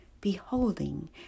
beholding